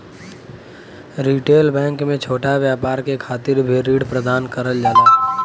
retail bank में छोटा व्यापार के खातिर भी ऋण प्रदान करल जाला